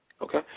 Okay